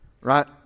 Right